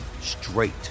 straight